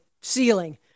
ceiling